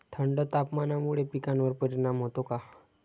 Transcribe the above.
थंड तापमानामुळे पिकांवर परिणाम होतो का?